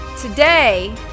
today